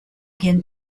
quien